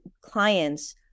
clients